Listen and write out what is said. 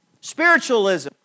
Spiritualism